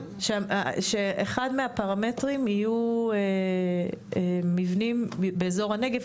שאחד מהפרמטרים יהיה מבנים באזור הנגב,